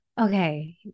Okay